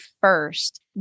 first